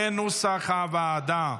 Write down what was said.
כנוסח הוועדה.